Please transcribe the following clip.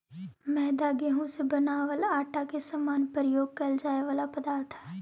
मैदा गेहूं से बनावल आटा के समान प्रयोग कैल जाए वाला पदार्थ हइ